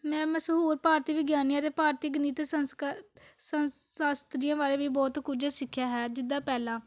ਮੈਂ ਮਸ਼ਹੂਰ ਭਾਰਤੀ ਵਿਗਿਆਨੀਆਂ ਤੇ ਭਾਰਤੀ ਗਣਿਤ ਸੰਸਕਾ ਸੰਸ ਸ਼ਾਸ਼ਤੀਆਂ ਬਾਰੇ ਵੀ ਬਹੁਤ ਕੁਝ ਸਿੱਖਿਆ ਹੈ ਜਿੱਦਾਂ ਪਹਿਲਾਂ